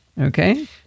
Okay